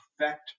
affect